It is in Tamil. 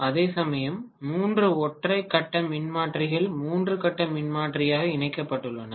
அதேசமயம் மூன்று ஒற்றை கட்ட மின்மாற்றிகள் மூன்று கட்ட மின்மாற்றியாக இணைக்கப்பட்டுள்ளன